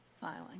filing